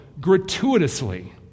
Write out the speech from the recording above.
gratuitously